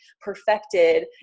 perfected